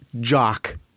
jock